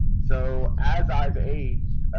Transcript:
so as i've aged